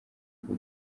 bwo